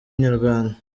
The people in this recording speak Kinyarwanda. inyarwanda